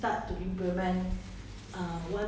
when lockdown right since